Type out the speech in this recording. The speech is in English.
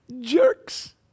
Jerks